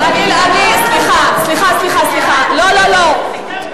סליחה, סליחה, לא, לא, לא.